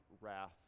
wrath